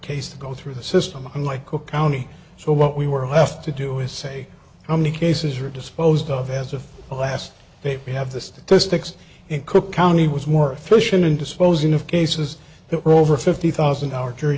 case to go through the system unlike cook county so what we were left to do is say how many cases are disposed of as of last date we have the statistics in cook county was more efficient in disposing of cases that were over fifty thousand dollars jury